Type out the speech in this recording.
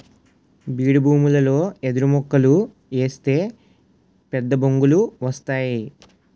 బీడుభూములలో ఎదురుమొక్కలు ఏస్తే పెద్దబొంగులు వస్తేయ్